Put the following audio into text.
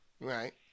right